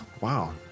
Wow